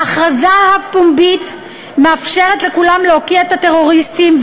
ההכרזה הפומבית מאפשרת לכולם להוקיע את הטרוריסטים,